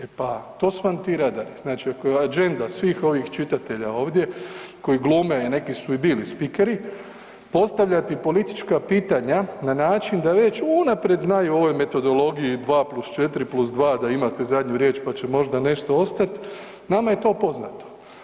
E pa to su vam ti radari, znači ako je agenda svih ovih čitatelja ovdje koji glume, a neki su i bili spikeri postavljati politička pitanja na način da već unaprijed znaju o ovoj metodologiji 2+4+2 da imate zadnju riječ pa će možda nešto ostat, nama je to poznato.